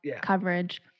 coverage